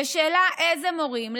זו שאלה איזה מורים,